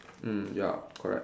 mm ya correct